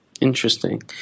Interesting